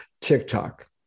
TikTok